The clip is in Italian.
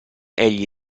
egli